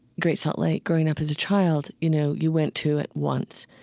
great salt lake growing up as a child. you know you went to it once.